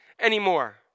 anymore